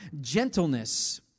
Gentleness